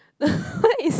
what is